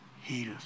healed